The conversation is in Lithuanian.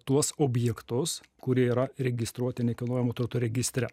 tuos objektus kurie yra registruoti nekilnojamo turto registre